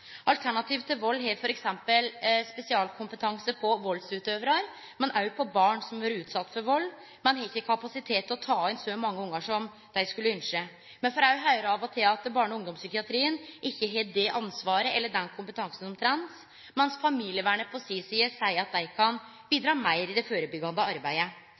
Alternativ til Vold har f.eks. spesialkompetanse på valdsutøvarar, men òg på barn som har vore utsette for vald, men har ikkje kapasitet til å take inn så mange ungar som dei skulle ynskje. Me får òg høyre av og til at barne- og ungdomspsykiatrien ikkje har det ansvaret eller den kompetansen som trengst, mens familievernet på si side seier at dei kan bidra meir i det førebyggjande arbeidet.